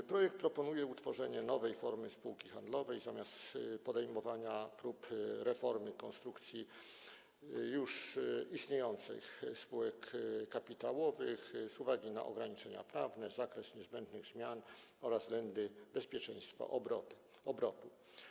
W projekcie proponuje się utworzenie nowej formy spółki handlowej zamiast podejmowania prób reformy konstrukcji już istniejących spółek kapitałowych z uwagi na ograniczenia prawne, zakres niezbędnych zmian oraz względy bezpieczeństwa obrotu.